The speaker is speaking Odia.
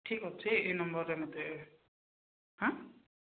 ଠିକ ଅଛି ଏଇ ନମ୍ବର୍ରେ ମୋତେ